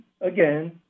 again